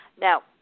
Now